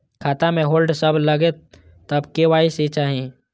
खाता में होल्ड सब लगे तब के.वाई.सी चाहि?